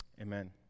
Amen